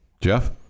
Jeff